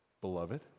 beloved